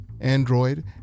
Android